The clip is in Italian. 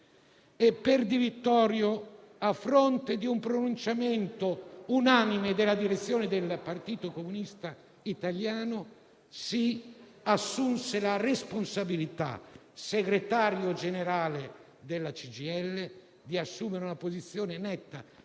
Di Vittorio, a fronte di un pronunciamento unanime della direzione del Partito Comunista Italiano, si assunse la responsabilità, in qualità di segretario generale della CGIL, di prendere una posizione netta,